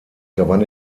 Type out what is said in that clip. gewann